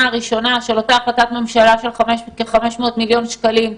הראשונה מאותה החלטת ממשלה מאוגוסט שדיברה על 500 מיליון שקלים.